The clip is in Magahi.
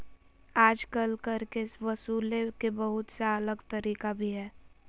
आजकल कर के वसूले के बहुत सा अलग तरीका भी हइ